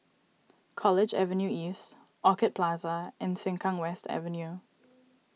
College Avenue East Orchid Plaza and Sengkang West Avenue